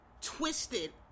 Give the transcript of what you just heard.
twisted